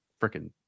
freaking